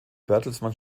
bertelsmann